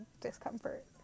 discomfort